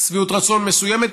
שביעות רצון מסוימת,